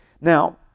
Now